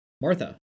martha